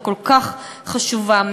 הכל-כך חשובה,